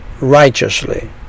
righteously